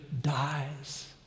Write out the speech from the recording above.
dies